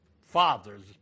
fathers